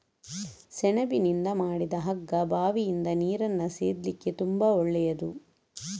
ಸೆಣಬಿನಿಂದ ಮಾಡಿದ ಹಗ್ಗ ಬಾವಿಯಿಂದ ನೀರನ್ನ ಸೇದ್ಲಿಕ್ಕೆ ತುಂಬಾ ಒಳ್ಳೆಯದು